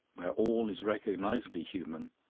where all is recognisably human,